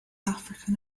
african